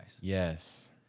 Yes